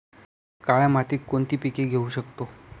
काळ्या मातीत कोणती पिके घेऊ शकतो?